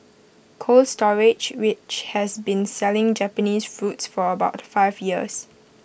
cold storage which has been selling Japanese fruits for about five years